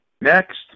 Next